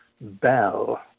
bell